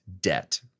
debt